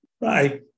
bye